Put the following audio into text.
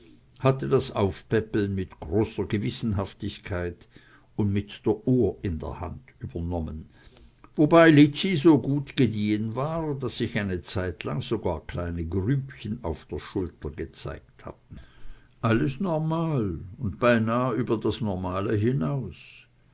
hatte das aufpäppeln mit großer gewissenhaftigkeit und mit der uhr in der hand übernommen wobei lizzi so gut gediehen war daß sich eine zeitlang sogar kleine grübchen auf der schulter gezeigt hatten alles normal und beinah über das normale hinaus